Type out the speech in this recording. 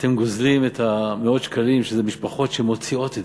אתם גוזלים את מאות השקלים שמשפחות מוציאות,